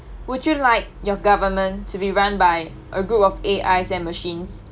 would you like your government to be run by a group of a A_Is and machines